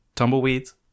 Tumbleweeds